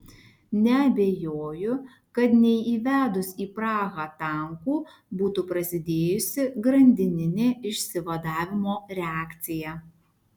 neabejoju kad neįvedus į prahą tankų būtų prasidėjusi grandininė išsivadavimo reakcija